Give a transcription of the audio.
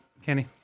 Kenny